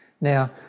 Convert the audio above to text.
Now